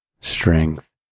strength